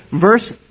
verse